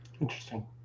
Interesting